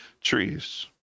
trees